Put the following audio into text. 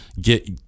Get